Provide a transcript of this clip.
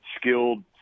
skilled